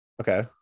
Okay